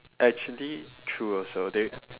actually true also they